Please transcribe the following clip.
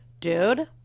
Dude